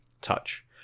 touch